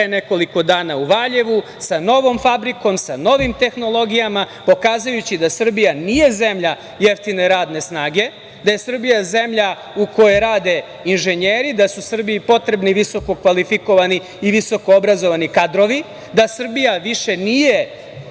nekoliko dana u Valjevu sa novom fabrikom, sa novim tehnologijama pokazujući da Srbija nije zemlja jeftine radne snage, da je Srbija zemlja u kojoj rade inženjeri, da su Srbiji potrebni visokokvalifikovani i visokoobrazovani kadrovi, da Srbija više nije